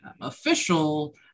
official